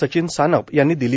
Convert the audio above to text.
सचिन सानप यांनी दिली